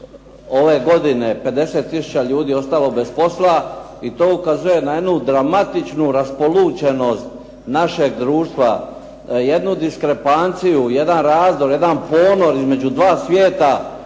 ove godine 50 tisuća ljudi ostalo bez posla i to ukazuje na jednu dramatičnu raspolućenost našeg društva, jednu diskrepanciju, jedan razdor, jedan ponor između dva svijeta